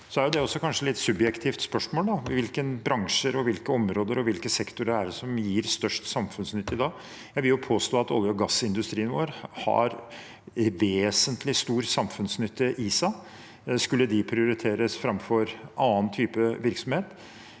er det kanskje også litt subjektivt hvilke bransjer, hvilke områder og hvilke sektorer som gir størst samfunnsnytte i dag. Jeg vil påstå at olje- og gassindustrien vår har vesentlig stor samfunnsnytte i seg. Skulle de prioriteres framfor annen type virksomhet?